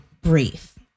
brief